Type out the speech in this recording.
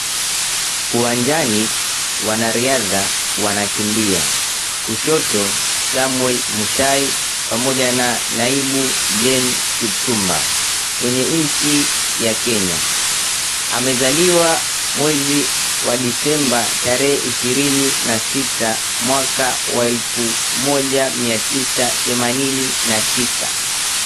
Uwanjani wanariadha wanakimbia, kushoto Samuel Muchai na naibu Jean Kipchumba kwenye nchi ya kenya amezaliwa tarehe december 26, 1989.